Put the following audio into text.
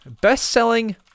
Best-selling